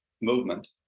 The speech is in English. movement